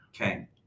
Okay